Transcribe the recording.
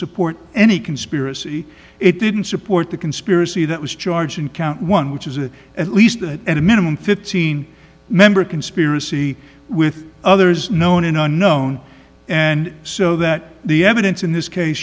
support any conspiracy it didn't support the conspiracy that was charged in count one which is that at least at a minimum fifteen member conspiracy with others known and unknown and so that the evidence in this case